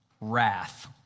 wrath